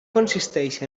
consisteix